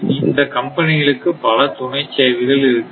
இந்த கம்பெனிகளுக்கு பல துணைச் சேவைகள் இருக்கின்றன